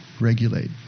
regulate